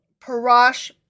Parash